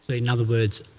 in other words,